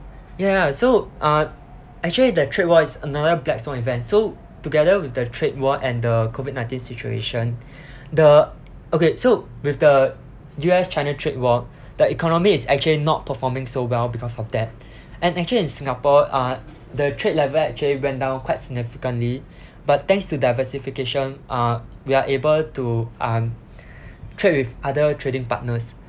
ya ya so uh actually the trade war is another black swan event so together with the trade war and the COVID nineteen situation the okay so with the U_S china trade war the economy is actually not performing so well because of that and actually in singapore uh the trade level actually went down quite significantly but thanks to diversification uh we are able to um trade with other trading partners